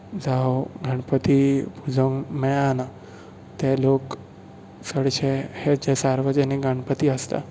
जावं गणपती पुजोवंक मेळना ते लोक चडशे हे जो सार्वजनीक गणपती आसतात